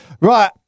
Right